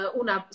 una